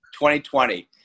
2020